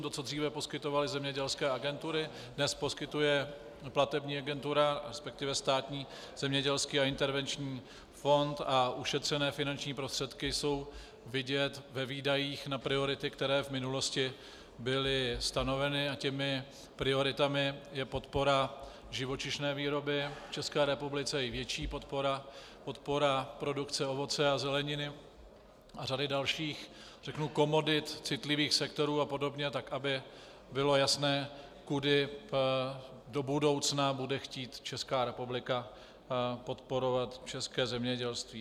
To, co dříve poskytovaly zemědělské agentury, dnes poskytuje platební agentura, resp. Státní zemědělský a intervenční fond, a ušetřené finanční prostředky jsou vidět ve výdajích na priority, které v minulosti byly stanoveny, a těmi prioritami je podpora živočišné výroby v České republice i větší podpora produkce ovoce a zeleniny a řady dalších komodit, citlivých sektorů a podobně tak, aby bylo jasné, kudy do budoucna bude chtít Česká republika podporovat české zemědělství.